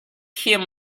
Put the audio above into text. him